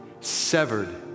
severed